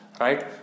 right